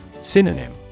Synonym